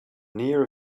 near